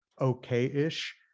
okay-ish